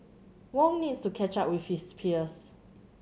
Wong needs to catch up with his peers